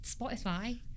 Spotify